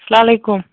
السلامُ علیکُم